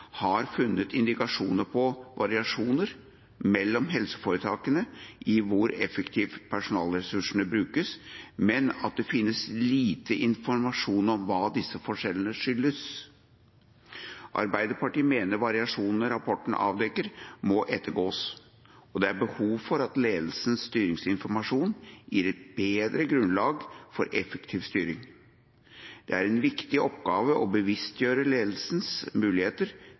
har funnet indikasjoner på variasjoner mellom helseforetakene i hvor effektivt personalressursene brukes, men at det finnes lite informasjon om hva disse forskjellene skyldes. Arbeiderpartiet mener variasjonene rapporten avdekker, må ettergås, og det er behov for at ledelsens styringsinformasjon gir et bedre grunnlag for effektiv styring. Det er en viktig oppgave å bevisstgjøre ledelsens muligheter